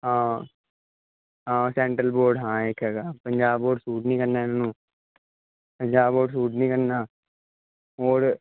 ਹਾਂ ਹਾਂ candle board ਹਾਂ ਇੱਕ ਹੈਗਾ ਪੰਜਾਬ ਬੋਰਡ ਸੂਟ ਨਹੀਂ ਕਰਨਾ ਇਹਨੂੰ ਪੰਜਾਬ ਬੋਰਡ ਸੂਟ ਨਹੀਂ ਕਰਨਾ ਹੋਰ